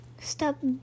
stop